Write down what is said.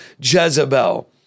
Jezebel